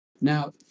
Now